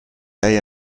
day